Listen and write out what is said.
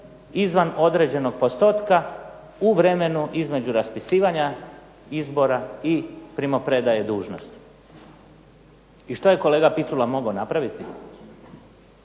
izvan određenog postotka u vremenu između raspisivanja izbora i primopredaje dužnosti. I što je kolega Picula mogao napraviti?